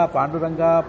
Panduranga